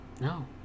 no